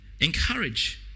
encourage